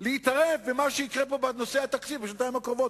להתערב במה שיקרה פה בנושא התקציב בשנתיים הקרובות.